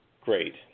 Great